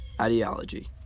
ideology